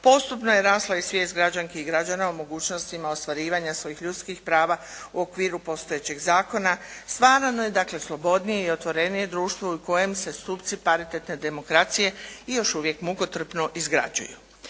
Postupno je rasla i svijest građanki i građana o mogućnostima ostvarivanja svojih ljudskih prava u okviru postojećeg zakona. Stvarano je dakle slobodnije i otvorenije društvo u kojem se stupci paritetne demokracije i još uvijek mukotrpno izgrađuju.